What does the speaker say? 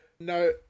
No